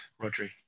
Rodri